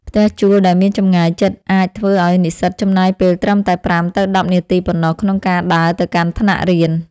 ផ្ទះជួលដែលមានចម្ងាយជិតអាចធ្វើឱ្យនិស្សិតចំណាយពេលត្រឹមតែប្រាំទៅដប់នាទីប៉ុណ្ណោះក្នុងការដើរទៅកាន់ថ្នាក់រៀន។